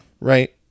Right